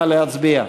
נא להצביע.